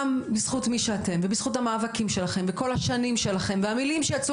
גם בזכות מי שאתם ובזכות המאבקים שלכם וכל השנים שלכם והמילים שיצאו